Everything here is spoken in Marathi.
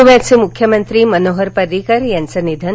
गोव्याचे मुख्यमंत्री मनोहर पर्रीकर यांचं निधन